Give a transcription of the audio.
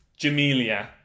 Jamelia